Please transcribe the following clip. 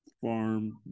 farm